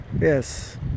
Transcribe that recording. yes